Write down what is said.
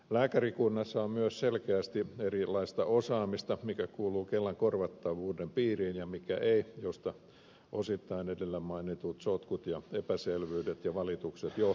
lääkärikunnassa on myös selkeästi erilaista osaamista sen suhteen mikä kuuluu kelan korvattavuuden piiriin ja mikä ei mistä osittain edellä mainitut sotkut epäselvyydet ja valitukset johtuvat